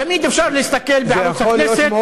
תמיד אפשר להסתכל בערוץ הכנסת.